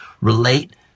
relate